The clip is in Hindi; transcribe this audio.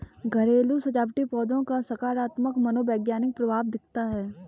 घरेलू सजावटी पौधों का सकारात्मक मनोवैज्ञानिक प्रभाव दिखता है